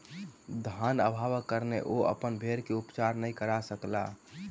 धन अभावक कारणेँ ओ अपन भेड़ के उपचार नै करा सकला